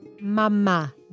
Mama